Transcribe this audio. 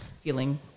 feeling